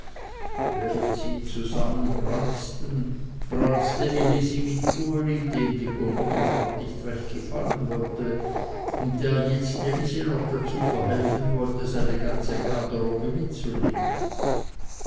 während sie zusammen branzten branzte elisi mit uli dem die gurnigelfahrt nicht recht gefallen wollte und der jetzt elisi noch dazu verhelfen sollte seine ganze garderobe mitzunehmen